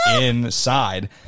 inside